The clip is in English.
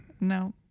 No